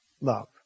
love